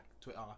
Twitter